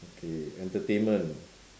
okay entertainment